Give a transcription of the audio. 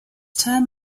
term